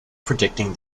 predicting